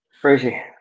crazy